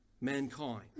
mankind